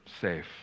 safe